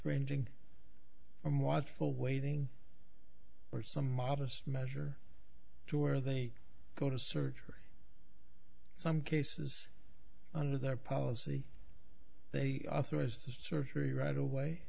ranging from watchful waiting or some modest measure to where they go to surgery some cases under their policy they authorize the surgery right away